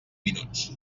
minuts